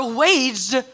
waged